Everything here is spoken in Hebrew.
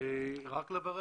רק לברך.